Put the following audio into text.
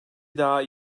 daha